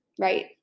right